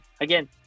again